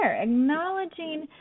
acknowledging